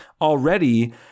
already